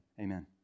Amen